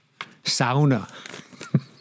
Sauna